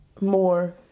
more